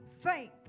faith